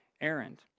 errand